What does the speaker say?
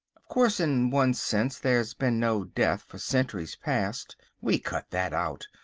of course, in one sense there's been no death for centuries past we cut that out.